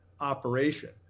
operation